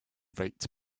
right